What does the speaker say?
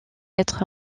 être